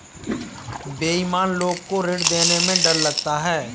बेईमान लोग को ऋण देने में डर लगता है